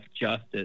justice